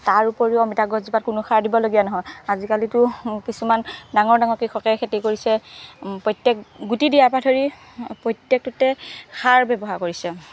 তাৰ উপৰিও অমিতা গছজোপাত কোনো সাৰ দিবলগীয়া নহয় আজিকালিতো কিছুমান ডাঙৰ ডাঙৰ কৃষকে খেতি কৰিছে প্ৰত্যেক গুটি দিয়াৰ পৰা ধৰি প্ৰত্যেকটোতে সাৰ ব্যৱহাৰ কৰিছে